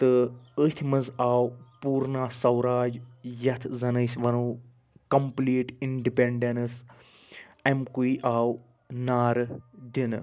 تہٕ أتھۍ مَنٛز آو پوٗرنا سوراج یتھ زن أسۍ ونو کَمپلیٖٹ اِنڈِپیٚنڈنٕس اَمۍ کُے آو نعرٕ دنہٕ